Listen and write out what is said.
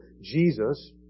Jesus